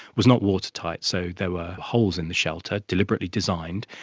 was not watertight, so there were holes in the shelter, deliberately designed,